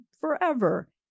forever